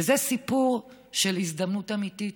וזה סיפור של הזדמנות אמיתית: